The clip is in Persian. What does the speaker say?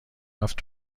رفت